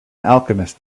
alchemist